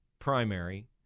primary